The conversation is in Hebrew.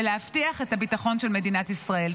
ולהבטיח את הביטחון של מדינת ישראל.